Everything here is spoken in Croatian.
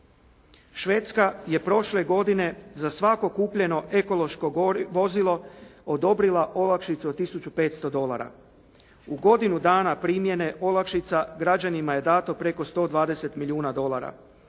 Švedska je prošle godine za svako kupljeno ekološko vozilo odobrila olakšicu od tisuću 500 dolara. U godinu dana primjene olakšica građanima je dato preko 120 milijuna dolara.